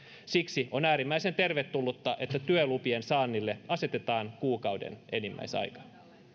siksi on äärimmäisen tervetullutta että työlupien saannille asetetaan kuukauden enimmäisaika